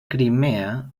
crimea